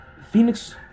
Phoenix